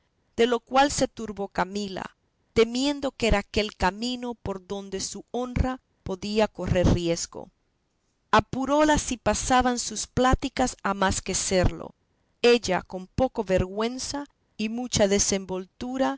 de lo cual se turbó camila temiendo que era aquél camino por donde su honra podía correr riesgo apuróla si pasaban sus pláticas a más que serlo ella con poca vergüenza y mucha